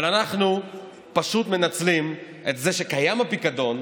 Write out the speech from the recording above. אבל אנחנו פשוט מנצלים את זה שקיים הפיקדון,